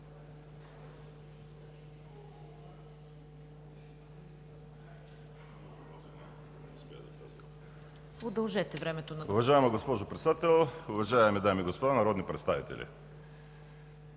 Уважаема госпожо Председател, уважаеми дами и господа народни представители!